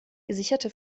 gesicherte